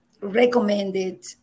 recommended